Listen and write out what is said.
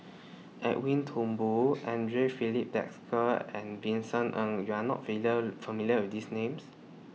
Edwin Thumboo Andre Filipe Desker and Vincent Ng YOU Are not familiar with These Names